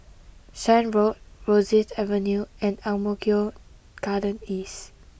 Shan Road Rosyth Avenue and Ang Mo Kio Garden East